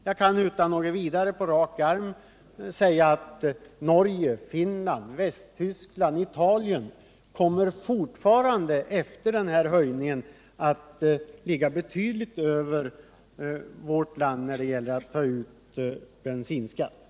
Jag kan på rak arm säga att Norge, Finland, Västtyskland och Italien efter den här höjningen fortfarande kommer att ligga betydligt över vårt land när det gäller att ta ut bensinskatt.